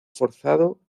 forzado